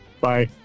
Bye